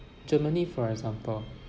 germany for example